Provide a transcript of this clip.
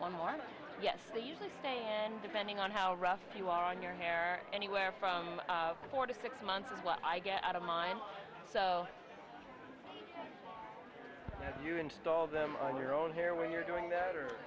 one more yes they usually stay and depending on how rough you are in your hair anywhere from four to six months is what i get out of mine so as you install them on your own hair when you're doing that or